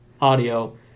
audio